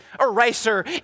eraser